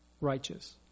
righteous